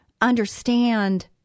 understand